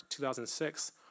2006